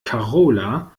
karola